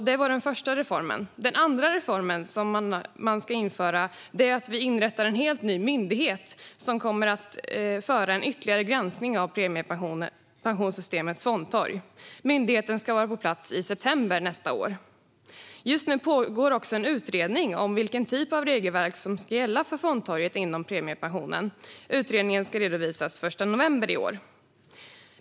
Det var den första reformen. Den andra reform som ska införas är att inrätta en helt ny myndighet som kommer att göra en ytterligare granskning av premiepensionssystemets fondtorg. Myndigheten ska vara på plats i september nästa år. Just nu pågår en utredning om vilken typ av regelverk som ska gälla för fondtorget inom premiepensionen. Utredningen ska redovisas den 1 november i år.